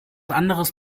anderes